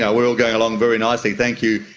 yeah we are all going along very nicely thank you,